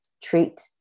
treat